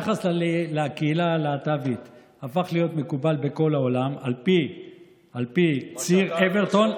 שהיחס לקהילה הלהט"בית הפך להיות מקובל בכל בעולם על פי ציר אוברטון,